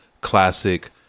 classic